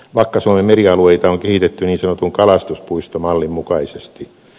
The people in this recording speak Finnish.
vakka suomen merialueita on kehitetty niin sanotun kalastuspuistomallin mukaisesti